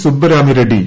Subbarami Reddy